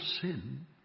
sin